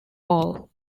all